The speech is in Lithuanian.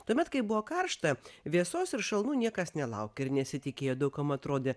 tuomet kai buvo karšta vėsos ir šalnų niekas nelaukė ir nesitikėjo daug kam atrodė